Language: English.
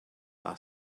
are